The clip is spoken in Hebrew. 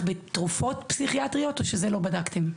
בתרופות פסיכיאטריות או שזה לא בדקתם?